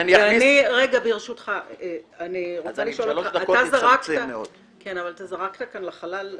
אני רוצה לשאול אותך לגבי האמירה המאוד קשה שזרקת לחלל,